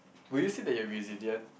will you say that you're resilient